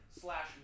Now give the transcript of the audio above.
slash